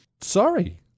sorry